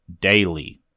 daily